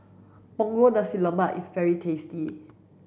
Punggol Nasi Lemak is very tasty